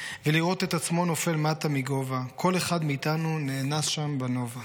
ולראות את עצמו נופל מטה מגובה / כל אחד מאיתנו נאנס שם בנובה.